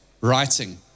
writing